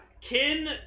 Kin